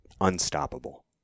unstoppable